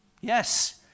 Yes